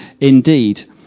indeed